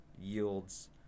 yields